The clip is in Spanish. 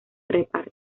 reparto